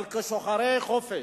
אבל כשוחרי חופש,